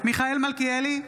מיכאל מלכיאלי,